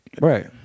Right